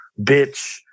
bitch